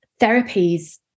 therapies